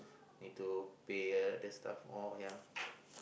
need to pay other stuffs all ya